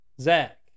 Zach